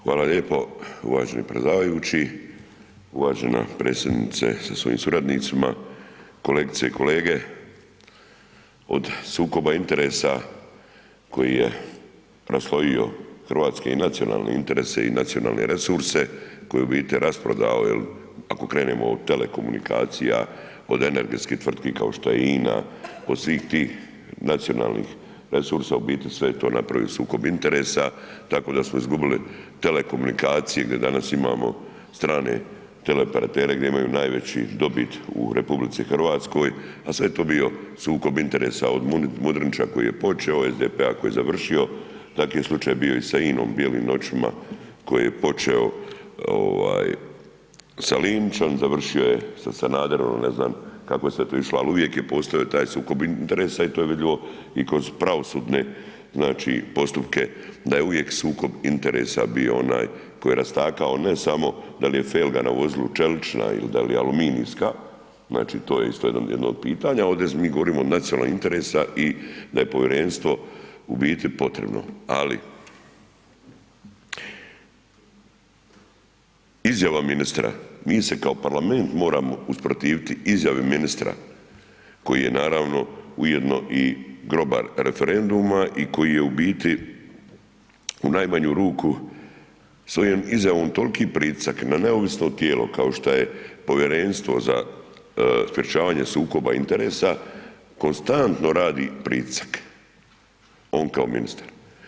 Hvala lijepo uvaženi predsjedavajući, uvažena predsjednice sa svojim suradnicima, kolegice i kolege od sukoba interesa koji je raslojio hrvatske i nacionalne interese i nacionalne resurse, koji je u biti rasprodao jel ako krenemo od telekomunikacija, od energetskih tvrtki kao što je INA, od svih tih nacionalnih resursa u biti sve je to napravio sukob interesa, tako da smo izgubili telekomunikacije gdje danas imamo strane teleoperatere gdje imaju najveći dobit u RH, a sve je to bio sukob interesa od Mudrinića koji je počeo, SDP-a koji je završio takvi je slučaj bio i sa INOM, bijelim noćima koje počeo ovaj sa Linićem, završio je sa Sanaderom ne znam kako je sve to išlo, ali uvijek je postojao taj sukob interesa i to je vidljivo i kroz pravosudne znači postupke da je uvijek sukob interesa bio onaj koji je rastakao ne samo da li je felga na vozilu čelična il da li je aluminijska, znači to je isto jedno od pitanja, ovde mi govorimo o nacionalnim interesima i da je povjerenstvo u biti potrebno, ali izjava ministra, mi se kao parlament moramo usprotiviti izjavi ministra koji je naravno ujedno i grobar referenduma i koji je u biti u najmanju ruku svojoj izjavom tolki pritisak na neovisno tijelo kao što je Povjerenstvo za sprječavanje sukoba interesa konstantno radi pritisak on kao ministar.